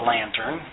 Lantern